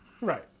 right